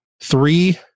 three